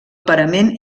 parament